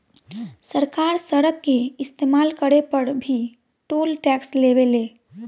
सरकार सड़क के इस्तमाल करे पर भी टोल टैक्स लेवे ले